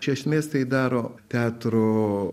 iš esmės tai daro teatro